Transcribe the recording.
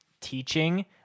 teaching